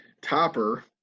Topper